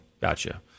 gotcha